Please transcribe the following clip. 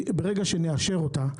ברגע שנאשר אותה,